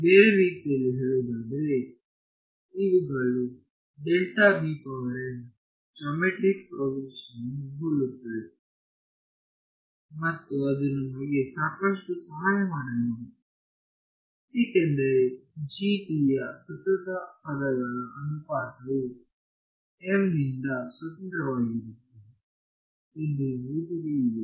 ಆದ್ದರಿಂದ ಬೇರೆ ರೀತಿಯಲ್ಲಿ ಹೇಳುವುದಾದರೆ ಇವುಗಳು ಜಾಮೆಟ್ರಿಕ್ ಪ್ರೋಗ್ರೆಷನ್ ಯನ್ನು ಹೋಲುತ್ತವೆ ಮತ್ತು ಅದು ನಮಗೆ ಸಾಕಷ್ಟು ಸಹಾಯ ಮಾಡಲಿದೆ ಏಕೆಂದರೆ GPಯ ಸತತ ಪದಗಳ ಅನುಪಾತವು m ನಿಂದ ಸ್ವತಂತ್ರವಾಗಿರುತ್ತದೆ ಎಂದು ನಮಗೆ ತಿಳಿದಿದೆ